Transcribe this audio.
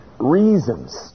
reasons